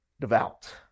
devout